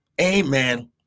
Amen